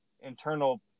internal